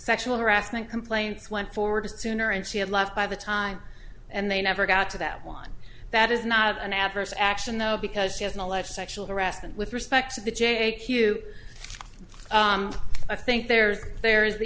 sexual harassment complaints went forward sooner and she had left by the time and they never got to that one that is not an adverse action though because she has an alleged sexual harassment with respect to the j q i think there's there is the